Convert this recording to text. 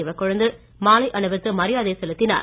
சிவக்கொழுந்து மாலை அணிவித்து மரியாதை செலுத்தினார்